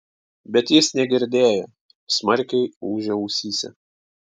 bet jis negirdėjo smarkiai ūžė ausyse